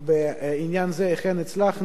בעניין זה אכן הצלחנו,